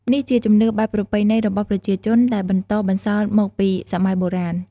នេះ ជាជំនឿបែបប្រពៃណីរបស់ប្រជាជន ដែលបន្តបន្សល់មកពីសម័យបុរាណ។